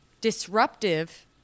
disruptive